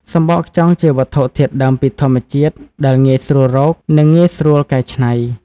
សំបកខ្យងជាវត្ថុធាតុដើមពីធម្មជាតិ ដែលងាយស្រួលរក និងងាយស្រួលកែច្នៃ។